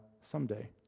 someday